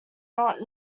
not